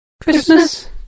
Christmas